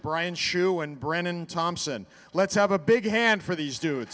brian shu and brennan thompson let's have a big hand for these do